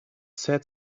said